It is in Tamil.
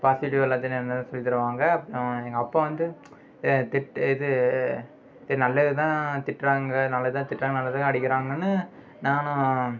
பாஸிட்டிவாக எல்லாதையும் நடந்ததை சொல்லித் தருவாங்க அப்புறம் எங்கள் அப்பா வந்து திட் இது நல்லதுதான் திட்டுறாங்க நல்லதுதான் திட்டுறாங்க நல்லதுதான் அடிக்கிறாங்ன்னு நானும்